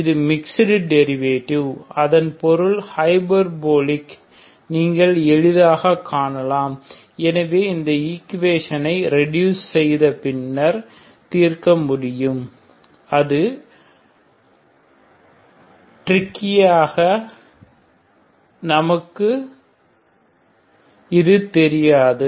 இது mixed derivative அதன் பொருள் ஹெபர்போலிக் நீங்கள் எளிதாகக் காணலாம் எனவே இந்த ஈக்குவேசனை ரெடுஸ் செய்த பின்னர் தீர்க்க முடியும் அது டிரிக்கியாக இது நமக்கு தெரியாது